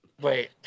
Wait